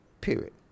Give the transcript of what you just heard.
period